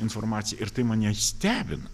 informaciją ir tai mane stebina